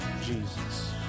Jesus